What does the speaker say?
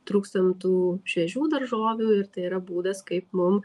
trūkstam tų šviežių daržovių ir tai yra būdas kaip mum